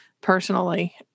personally